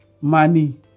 money